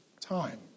time